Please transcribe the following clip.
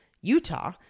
Utah